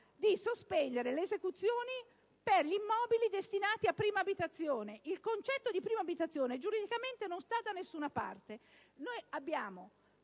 di sospendere le esecuzioni per gli immobili destinati a «prima abitazione». Il concetto di prima abitazione giuridicamente non sta da nessuna parte: nelle norme